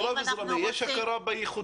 נכון, הוא רב זרמי, יש הכרה בייחודיות.